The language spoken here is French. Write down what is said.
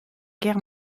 guerre